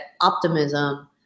optimism